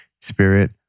spirit